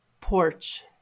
porch